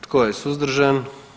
Tko je suzdržan?